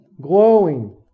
Glowing